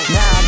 Now